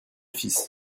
fils